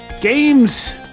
Games